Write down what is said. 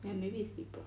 ya maybe it's libra